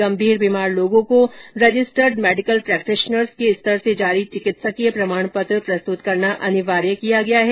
गंभीर बीमार लोगों को रजिस्टर्ड मेडिकल प्रेक्टिश्नर्स को स्तर से जारी चिकित्सकीय प्रमाण पत्र प्रस्तुत करना अनिवार्य किया गया है